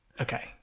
Okay